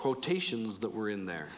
quotations that were in the